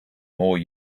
more